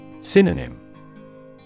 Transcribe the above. Synonym